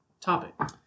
topic